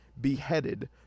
beheaded